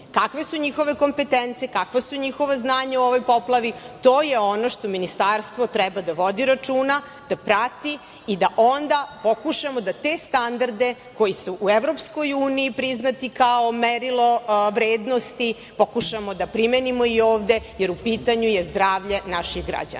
Kakve su njihove kompetencije, kakva su njihova znanja u ovoj poplavi, to je ono o čemu Ministarstvo treba da vodi računa, da prati i da onda pokušamo da te standarde koji su u EU priznati kao merilo vrednosti, pokušamo da primenimo i ovde, jer u pitanju je zdravlje naših građana.